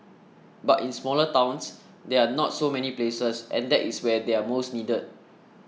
but in smaller towns there are not so many places and that is where they are most needed